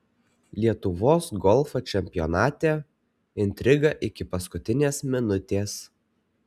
lietuvos golfo čempionate intriga iki paskutinės minutės